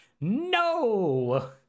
no